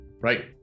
Right